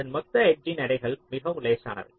அதன் மொத்த எட்ஜ்இன் எடைகள் மிகவும் லேசானவை